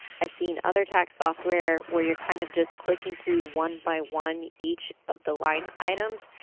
i've seen other tax software where you're kind of just clicking through one by one each of the line items,